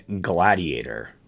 Gladiator